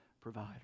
provider